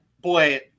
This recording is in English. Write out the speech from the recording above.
boy